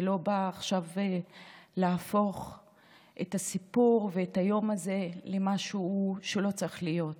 ולא בא עכשיו להפוך את הסיפור ואת היום הזה למשהו שלא צריך להיות.